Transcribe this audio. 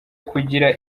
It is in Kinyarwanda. kugira